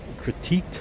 critiqued